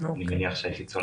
אני מניח שהייתי צולח.